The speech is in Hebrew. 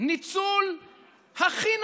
ניצול הכי נמוך.